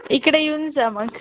इकडे येऊन जा मग